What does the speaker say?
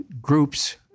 groups